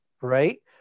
right